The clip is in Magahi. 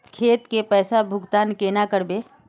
खेत के पैसा भुगतान केना करबे?